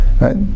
Right